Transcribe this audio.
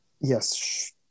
yes